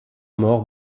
mort